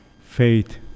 Faith